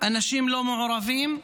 אנשים לא מעורבים,